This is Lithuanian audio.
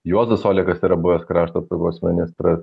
juozas olekas yra buvęs krašto apsaugos ministras